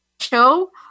show